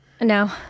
No